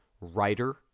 writer